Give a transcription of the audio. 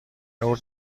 نور